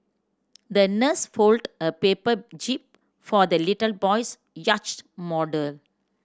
the nurse folded a paper jib for the little boy's yacht model